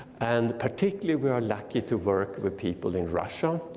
and particularly we are lucky to work with people in russia,